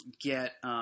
get –